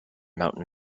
mountain